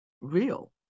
real